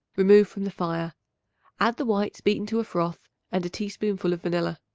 remove from the fire add the whites beaten to a froth and a teaspoonful of vanilla.